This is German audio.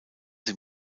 sie